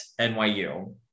NYU